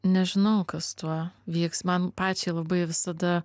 nežinau kas tuo vyks man pačiai labai visada